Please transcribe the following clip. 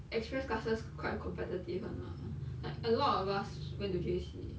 express classes quite competitive [one] lah like a lot of us went to J_C